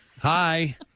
Hi